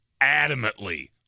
adamantly